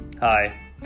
Hi